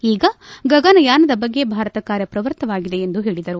ಈಗ ಗಗನಯಾನದ ಬಗ್ಗೆ ಭಾರತ ಕಾರ್ಯಪ್ರವೃತ್ತವಾಗಿದೆ ಎಂದು ಹೇಳಿದರು